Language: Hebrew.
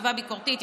חשיבה ביקורתית,